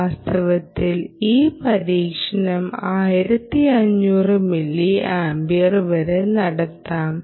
വാസ്തവത്തിൽ ഈ പരീക്ഷണം 1500 മില്ലിയാംപിയർ വരെ നടത്താം